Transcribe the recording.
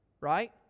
right